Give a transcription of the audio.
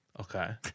Okay